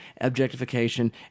objectification